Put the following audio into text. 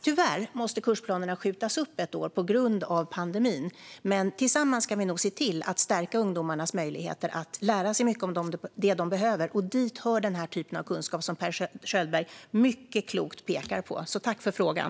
Tyvärr måste kursplanerna skjutas upp ett år på grund av pandemin, men tillsammans ska vi nog se till att stärka ungdomarnas möjligheter att lära sig mycket om det de behöver. Dit hör den typen av kunskap som Per Schöldberg mycket klokt pekar på, så jag tackar för frågan.